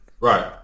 Right